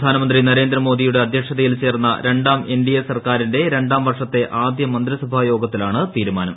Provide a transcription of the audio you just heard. പ്രധാനമന്ത്രി നരേന്ദ്രമോദിയുടെ അധ്യക്ഷതയിൽ ചേർന്ന രണ്ടാം എൻഡിഎ സർക്കാരിന്റെ രണ്ടാം വർഷത്തെ ആദ്യ മന്ത്രിസഭായോഗത്തിലാണ് തീരുമാനം